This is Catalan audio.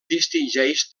distingeix